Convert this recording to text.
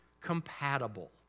compatible